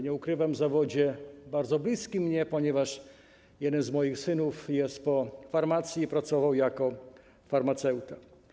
Nie ukrywam, o zawodzie bardzo mi bliskim, ponieważ jeden z moich synów jest po farmacji i pracował jako farmaceuta.